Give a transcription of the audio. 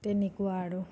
তেনেকুৱা আৰু